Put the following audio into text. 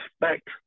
respect